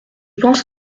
pense